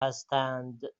هستند